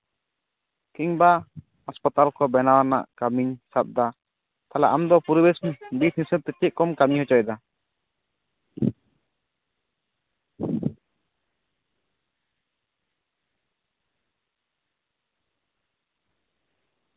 ᱠᱤᱝᱵᱟ ᱦᱟᱸᱥᱯᱟᱛᱟᱞ ᱠᱚ ᱵᱮᱱᱟᱣ ᱨᱮᱱᱟᱜ ᱠᱟᱹᱢᱤᱧ ᱥᱟᱵ ᱮᱫᱟ ᱛᱟᱦᱚᱞᱮ ᱟᱢᱫᱚ ᱯᱚᱨᱤᱵᱮᱥ ᱵᱤᱫ ᱦᱤᱥᱟᱹᱵᱛᱮ ᱪᱮᱫ ᱠᱚᱢ ᱠᱟᱹᱢᱤ ᱦᱚᱪᱚᱭᱮᱫᱟ